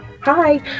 Hi